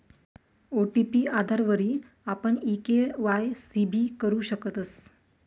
OTP आधारवरी आपण e KYC भी करु शकतस